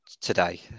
today